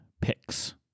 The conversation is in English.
picks